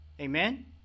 Amen